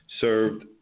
Served